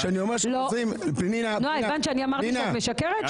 נועה, הבנת שאני אמרתי שאת משקרת?